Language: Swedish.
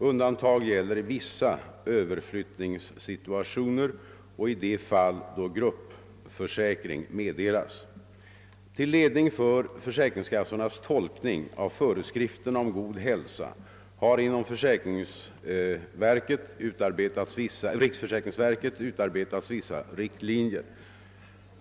Undantag gäller i vissa överflyttningssituationer och i de fall då gruppförsäkring meddelas. tolkning av föreskriften om god hälsa har inom riksförsäkringsverket utarbetats vissa riktlinjer.